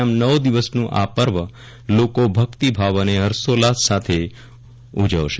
આમ નવ દિવસનું આ પર્વ લોકો ભક્તિભાવ અને હર્ષોઉલ્લાસ સાથે ઉજવશે